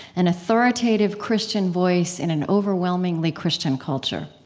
an authoritative christian voice in an overwhelmingly christian culture.